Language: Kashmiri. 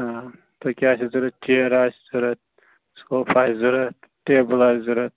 آ تۄہہِ کیاہ آسوٕ ضرورت چیر آسہِ ضرورت صوفہٕ آسہِ ضرورت ٹیبٕل آسہِ ضرورت